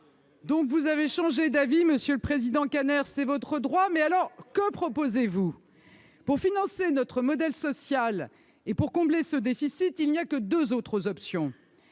... Vous avez changé d'avis, disais-je, et c'est votre droit. Mais que proposez-vous ? Pour financer notre modèle social et pour combler ce déficit, il n'y a que deux autres options.